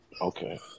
Okay